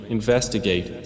investigate